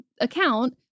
account